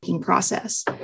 process